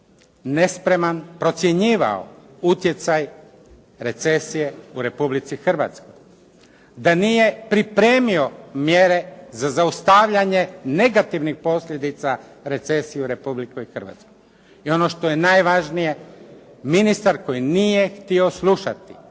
nespreman procjenjivao utjecaj recesije u Republici Hrvatskoj, da nije pripremio mjere za zaustavljanje negativnih posljedica recesije u Republici Hrvatskoj. I ono što je najvažnije, ministar koji nije htio slušati